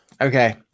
Okay